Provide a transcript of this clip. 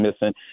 missing